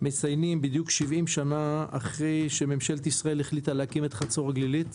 מציינים בדיוק 70 שנה אחרי שממשלת ישראל החליטה להקים את חצור הגלילית,